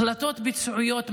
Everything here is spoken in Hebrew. החלטות ביצועיות משמעותיות,